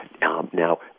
Now